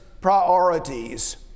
priorities